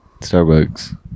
Starbucks